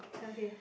okay